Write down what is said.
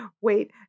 wait